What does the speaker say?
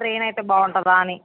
train అయితే బాగుంటుందా అని